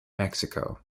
mexico